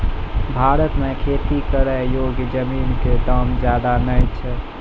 भारत मॅ खेती करै योग्य जमीन कॅ दाम ज्यादा नय छै